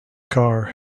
car